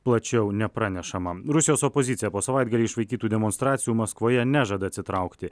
plačiau nepranešama rusijos opozicija po savaitgalį išvaikytų demonstracijų maskvoje nežada atsitraukti